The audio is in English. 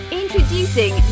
introducing